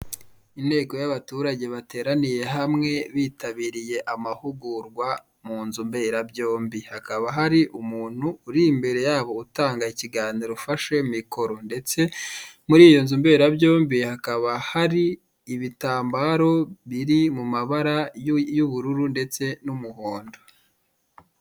Inteko y'abaturage bateraniye hamwe, bitabiriye amahugurwa munzu mbera byombi, hakaba hari umuntu uri imbere yabo utanga ikiganiro ufashe mikoro, ndetse muri iyonzumberabyombi hakaba hari ibitambaro biri mu mabara y'ubururu ndetse n'umuhondo.